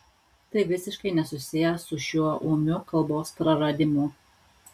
tai visiškai nesusiję su šiuo ūmiu kalbos praradimu